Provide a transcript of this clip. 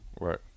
Right